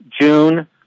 June